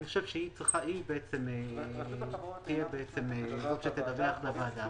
אני חושב שהיא זו שתדווח לוועדה.